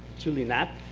julius knapp.